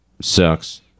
sucks